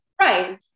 Right